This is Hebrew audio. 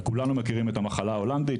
וכולנו מכירים את המחלה ההולנדית,